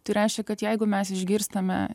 tai reiškia kad jeigu mes išgirstame